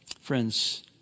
friends